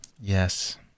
Yes